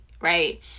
right